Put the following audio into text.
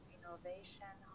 Innovation